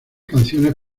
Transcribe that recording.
canciones